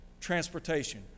transportation